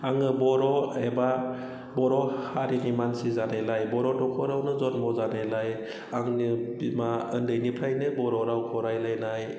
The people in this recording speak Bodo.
आङो बर' एबा बर' हारिनि मानसि जानायलाय बर' न'खरावनो जोनोम जानायलाय आंनि बिमा उन्दैनिफ्रायनो बर' रावखौ रायज्लायनाय